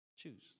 Choose